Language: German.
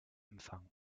empfangen